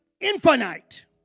infinite